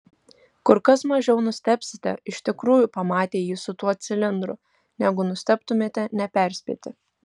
kur kas mažiau nustebsite iš tikrųjų pamatę jį su tuo cilindru negu nustebtumėte neperspėti